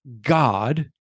god